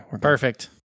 perfect